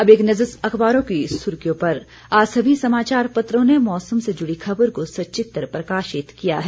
अब एक नजर अखबारों की सुर्खियों पर आज सभी समाचारपत्रों ने मौसम से जुड़ी खबर को सचित्र प्रकाशित किया है